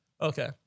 Okay